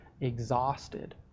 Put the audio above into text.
exhausted